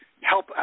help